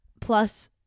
plus